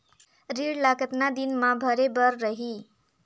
ऋण ला कतना दिन मा भरे बर रही?